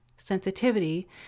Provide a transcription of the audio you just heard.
sensitivity